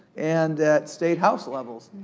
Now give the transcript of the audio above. and at state-house levels,